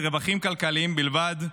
לרווחים כלכליים בלבד.